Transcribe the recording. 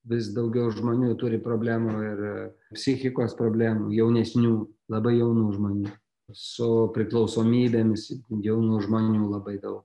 vis daugiau žmonių turi problemų ir psichikos problemų jaunesnių labai jaunų žmonių su priklausomybėmis jaunų žmonių labai daug